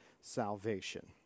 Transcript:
salvation